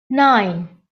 nine